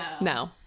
No